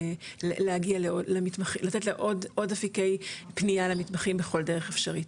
לתת עוד אפיקי פנייה למתמחים בכל דרך אפשרית.